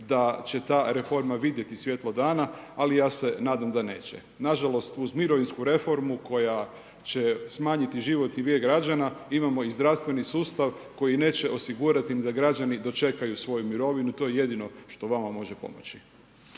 da će ta reforma vidjeti svjetlo dana, ali ja se nadam da neće. Nažalost, uz mirovinsku reformu koja će smanjiti životni vijek građana imamo i zdravstveni sustav koji neće osigurati ni da građani dočekaju svoju mirovinu, to je jedino što vama može pomoći.